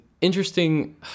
interesting